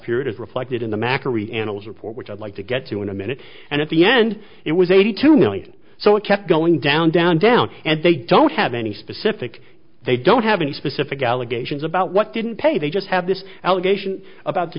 period as reflected in the makary annals report which i'd like to get to in a minute and at the end it was eighty two million so it kept going down down down and they don't have any specific they don't have any specific allegations about what didn't pay they just have this allegation about t